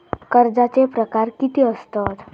कर्जाचे प्रकार कीती असतत?